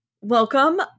Welcome